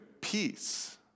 peace